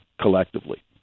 collectively